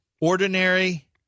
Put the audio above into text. ordinary